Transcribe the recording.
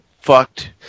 fucked